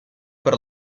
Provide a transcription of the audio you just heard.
per